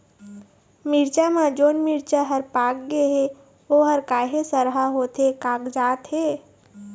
मिरचा म जोन मिरचा हर पाक गे हे ओहर काहे सरहा होथे कागजात हे?